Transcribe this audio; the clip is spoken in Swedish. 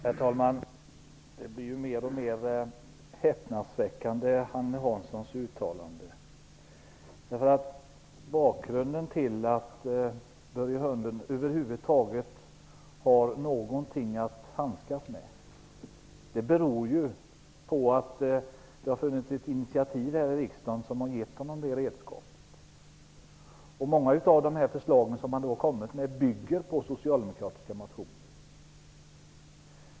Herr talman! Agne Hanssons uttalanden blir mer och mer häpnadsväckande. Bakgrunden till att Börje Hörnlund över huvud taget har någonting att handskas med är att det har tagits ett initiativ här i riksdagen som har gett honom det redskapet. Många av de förslag som han har kommit med bygger på socialdemokratiska motioner.